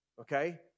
okay